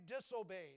disobeyed